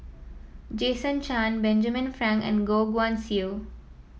Jason Chan Benjamin Frank and Goh Guan Siew